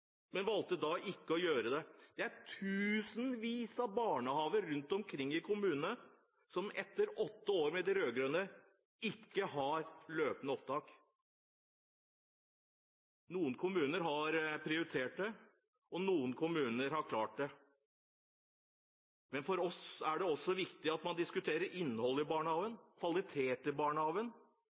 men da valgte de ikke å gjøre det. Det er tusenvis av barnehager rundt omkring i kommunene som etter åtte år med de rød-grønne ikke har løpende opptak. Noen kommuner har prioritert det, og noen kommuner har klart det. Men for oss er det også viktig at man diskuterer innhold i barnehagen, kvalitet i barnehagen,